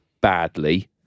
badly